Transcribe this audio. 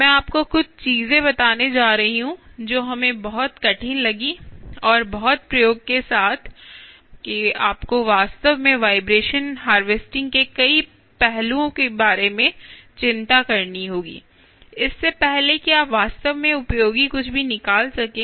मैं आपको कुछ चीजें बताने जा रही हूं जो हमें बहुत कठिन लगीं और बहुत प्रयोग के साथ कि आपको वास्तव में वाइब्रेशन हार्वेस्टिंग के कई पहलुओं के बारे में चिंता करनी होगी इससे पहले कि आप वास्तव में उपयोगी कुछ भी निकाल सकें